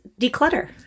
declutter